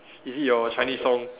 is it your Chinese song